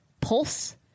pulse